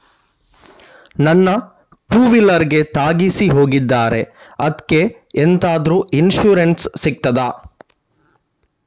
ನನ್ನ ಟೂವೀಲರ್ ಗೆ ತಾಗಿಸಿ ಹೋಗಿದ್ದಾರೆ ಅದ್ಕೆ ಎಂತಾದ್ರು ಇನ್ಸೂರೆನ್ಸ್ ಸಿಗ್ತದ?